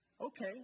Okay